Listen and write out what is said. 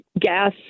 gas